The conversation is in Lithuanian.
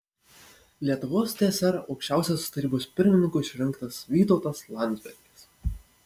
lietuvos tsr aukščiausiosios tarybos pirmininku išrinktas vytautas landsbergis